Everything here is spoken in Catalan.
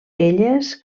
elles